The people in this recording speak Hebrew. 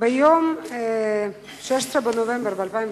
ביום כ"ח בחשוון תש"ע, 15 בנובמבר 2009,